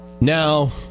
Now